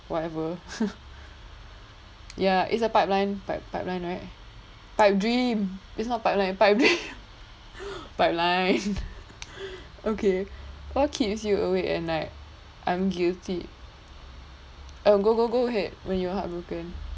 whatever ya it's a pipeline pipe~ pipeline right pipe dream it's not pipeline pipe dream pipeline okay what keeps you awake at night I'm guilty oh go go go ahead when you're heartbroken